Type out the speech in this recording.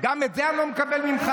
גם את זה אני לא מקבל ממך?